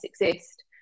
exist